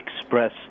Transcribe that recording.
express